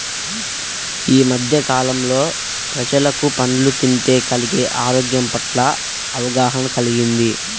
యీ మద్దె కాలంలో ప్రజలకు పండ్లు తింటే కలిగే ఆరోగ్యం పట్ల అవగాహన కల్గింది